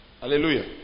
hallelujah